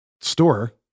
store